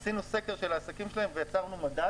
עשינו סקר של העסקים שלהן ויצרנו מדד